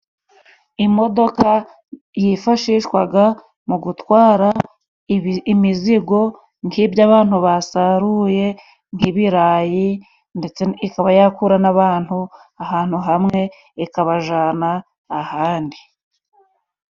Imodoka yifashishwaga mu gutwara imizigo nk'ibyo abantu basaruye nk'ibirayi, ndetse ikaba yakura n'abantu ahantu hamwe ikabajana ahandi.